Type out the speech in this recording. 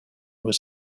was